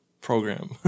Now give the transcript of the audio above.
program